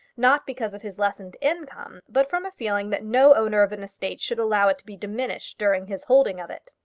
not because of his lessened income, but from a feeling that no owner of an estate should allow it to be diminished during his holding of it.